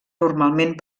normalment